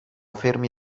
fermi